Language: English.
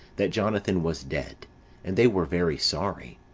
that jonathan was dead and they were very sorry.